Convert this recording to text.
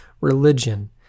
religion